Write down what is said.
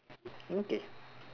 okay